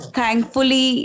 thankfully